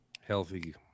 healthy –